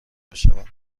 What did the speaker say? بشوند